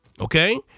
okay